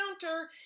counter